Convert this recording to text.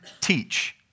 teach